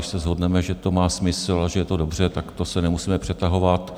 Když se shodneme, že to má smysl a že je to dobře, tak to se nemusíme přetahovat.